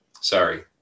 sorry